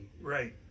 right